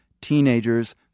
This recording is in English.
teenagers